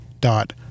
dot